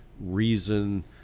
reason